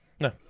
no